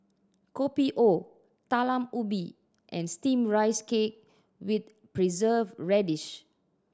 Kopi O Talam Ubi and steam rice cake with Preserved Radish